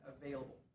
available